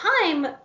time